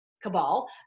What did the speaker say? cabal